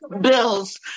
Bills